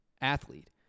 athlete